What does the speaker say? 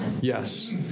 yes